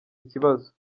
ikibazo